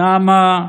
נעמת,